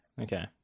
Okay